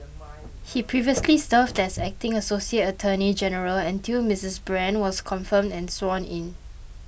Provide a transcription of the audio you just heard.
he previously served as acting associate attorney general until Miss Brand was confirmed and sworn in